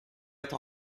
être